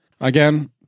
Again